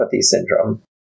syndrome